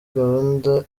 gahunda